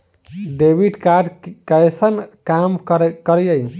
Debit card कैसन काम करेया?